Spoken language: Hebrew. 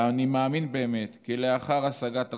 ואני מאמין באמת כי לאחר השגת ארצנו,